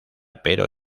pero